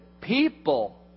people